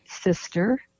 sister